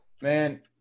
Man